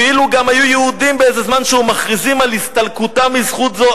"ואילו גם היו יהודים שבאיזה זמן שהוא מכריזים על הסתלקותם מזכות זו,